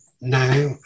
now